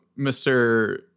Mr